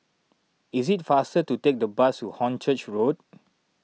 is it faster to take the bus to Hornchurch Road